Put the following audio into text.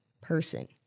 person